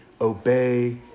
obey